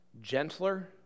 gentler